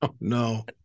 no